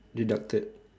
deducted